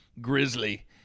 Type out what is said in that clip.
grizzly